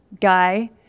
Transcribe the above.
guy